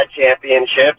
championships